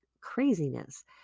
craziness